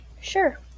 Sure